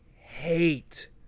hate